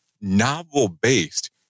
novel-based